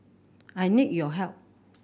I need your help